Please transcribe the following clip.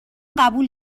قبول